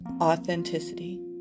authenticity